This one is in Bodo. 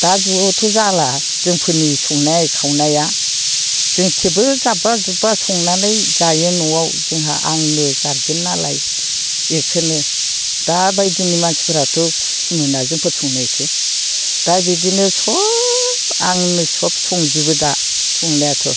दा जुगावथ' जाला जोंफोरनि संनाय खावनाया जों थेवबो जाब्बा जुब्बा संनानै जायो न'वाव जोंहा आंनो गारजेन नालाय बेखौनो दा बायदिनि मानसिफोराथ' खुसि मोना जोंफोर संनायखौ दा बिदिनो सब आंनो सब संजोबो दा संनायाथ'